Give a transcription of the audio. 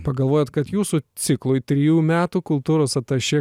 pagalvojot kad jūsų ciklui trijų metų kultūros atašė